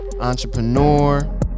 entrepreneur